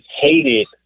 hated